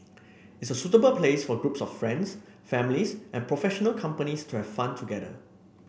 it's a suitable place for groups of friends families and professional companies to have fun together